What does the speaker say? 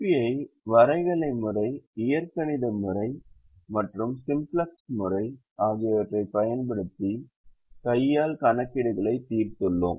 LP யை வரைகலை முறை இயற்கணித முறை மற்றும் சிம்ப்ளக்ஸ் வழிமுறை ஆகியவற்றைப் பயன்படுத்தி கையால் கணக்கீடுகளை தீர்த்துள்ளோம்